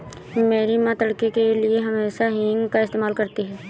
मेरी मां तड़के के लिए हमेशा हींग का इस्तेमाल करती हैं